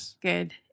good